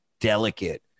delicate